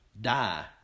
Die